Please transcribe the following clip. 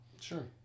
Sure